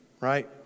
right